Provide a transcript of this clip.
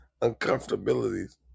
uncomfortabilities